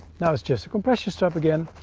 now it's just a compression strap again.